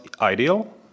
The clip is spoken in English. ideal